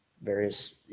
various